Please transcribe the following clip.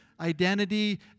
identity